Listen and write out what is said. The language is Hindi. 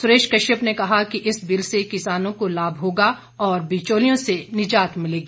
सुरेश कश्यप ने कहा कि इस बिल से किसानों को लाभ होगा और बिचौलियों से निजात मिलेगी